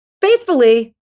faithfully